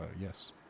Yes